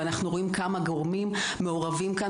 ואנחנו רואים כמה גורמים מעורבים כאן